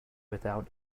without